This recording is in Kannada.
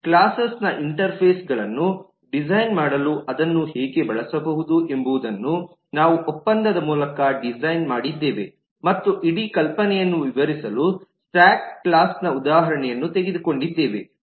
ಕ್ಲಾಸೆಸ್ನ ಇಂಟರ್ಫೇಸ್ಗಳನ್ನು ಡಿಸೈನ್ ಮಾಡಲು ಅದನ್ನು ಹೇಗೆ ಬಳಸಬಹುದು ಎಂಬುದನ್ನು ನಾವು ಒಪ್ಪಂದದ ಮೂಲಕ ಡಿಸೈನ್ ಮಾಡಿದ್ದೇವೆ ಮತ್ತು ಇಡೀ ಕಲ್ಪನೆಯನ್ನು ವಿವರಿಸಲು ಸ್ಟ್ಯಾಕ್ ಕ್ಲಾಸ್ನ ಉದಾಹರಣೆಯನ್ನು ತೆಗೆದುಕೊಂಡಿದ್ದೇವೆ